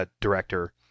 director